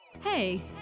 Hey